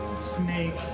snakes